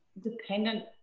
dependent